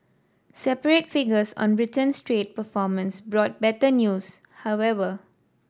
separate figures on Britain's trade performance brought better news however